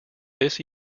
this